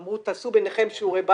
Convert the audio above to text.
אמרו, תעשו ביניכם שיעורי בית.